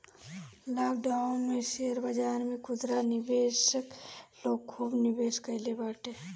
lockdown में share बाजार में खुदरा निवेशक लोग खूब निवेश कईले बाटे